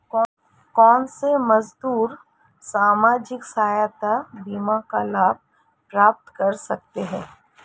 कौनसे मजदूर सामाजिक सहायता बीमा का लाभ प्राप्त कर सकते हैं?